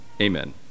amen